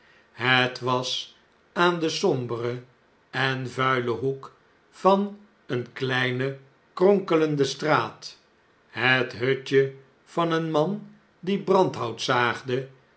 het was aan den somberen en vuilen hoek van eene kleine kronkelende straat het hutje van een man die brandhout zaagde